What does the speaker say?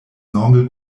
normal